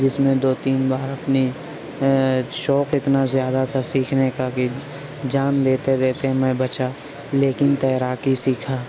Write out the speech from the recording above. جس میں دو تین بار اپنی شوق اتنا زیادہ تھا سیکھنے کا کہ جان دیتے دیتے میں بچا لیکن تیراکی سیکھا